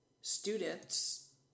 students